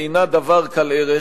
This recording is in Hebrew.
אינה דבר קל ערך,